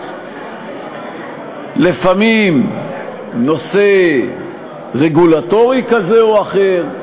לפעמים נושא רגולטורי כזה או אחר.